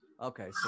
Okay